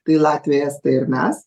tai latviai estai ir mes